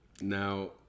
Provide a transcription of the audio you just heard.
Now